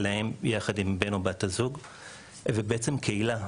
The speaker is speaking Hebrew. עבורם ועבור בן או בת הזוג ובעצם קהילה,